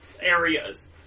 areas